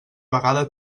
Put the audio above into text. vegada